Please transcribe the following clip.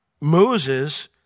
Moses